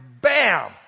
bam